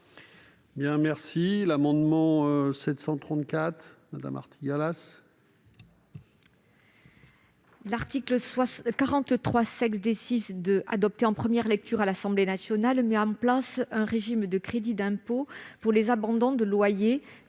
L'article 43 adopté en première lecture à l'Assemblée nationale met en place un régime de crédit d'impôt pour les abandons de loyers